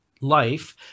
life